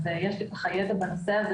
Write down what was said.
אז יש לי ידע בנושא.